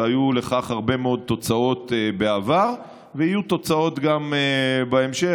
והיו לכך הרבה מאוד תוצאות בעבר ויהיו תוצאות גם בהמשך.